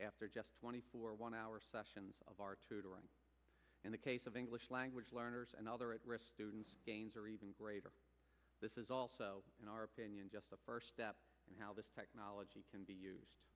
after just twenty four one hour sessions of our tutoring in the case of english language learners and other at risk students gains or even greater this is also in our opinion just the first step how this technology can be used